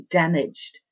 damaged